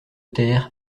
taire